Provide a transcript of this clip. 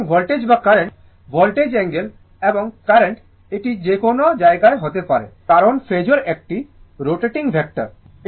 সুতরাং ভোল্টেজ বা কারেন্ট ভোল্টেজের অ্যাঙ্গেল এবং কারেন্ট এটি যে কোনও জায়গায় হতে পারে কারণ ফেজোর একটি রোটেটিং ভেক্টর